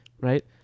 right